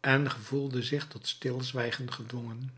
en gevoelde zich tot stilzwijgen gedwongen